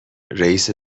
رئیس